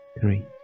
Three